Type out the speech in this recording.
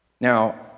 Now